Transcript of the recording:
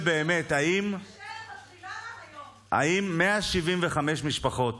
האם 175 משפחות